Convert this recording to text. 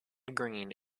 green